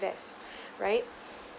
invest right